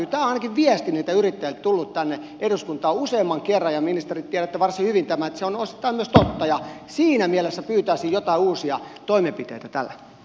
tämä viesti on ainakin yrittäjiltä tullut tänne eduskuntaan useamman kerran ja ministerit tiedätte varsin hyvin tämän että se on osittain myös totta ja siinä mielessä pyytäisin jotain uusia toimenpiteitä tähän